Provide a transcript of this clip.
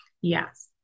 Yes